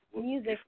music